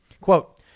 Quote